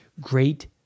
great